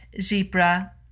zebra